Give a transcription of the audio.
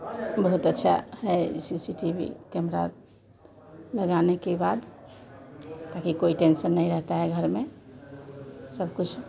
बहुत अच्छी है C C T V camera लगाने के बाद ताकि कोई टेन्सन नहीं रहता है घर में सब कुछ